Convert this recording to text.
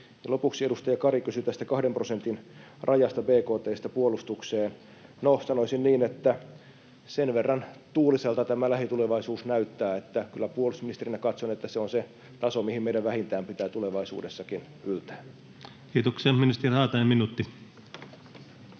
Lopuksi, edustaja Kari kysyi tästä kahden prosentin rajasta bkt:stä puolustukseen: No, sanoisin, että sen verran tuuliselta tämä lähitulevaisuus näyttää, että kyllä puolustusministerinä katson, että se on se taso, mihin meidän vähintään pitää tulevaisuudessakin yltää. Kiitoksia. — Ministeri Haatainen, minuutti.